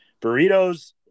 burritos